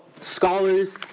scholars